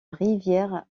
rivière